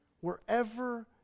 wherever